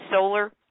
solar